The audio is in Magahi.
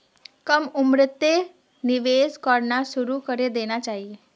कम उम्रतें निवेश करवा शुरू करे देना चहिए